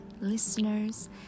listeners